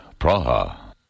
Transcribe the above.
Praha